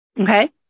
Okay